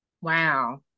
Wow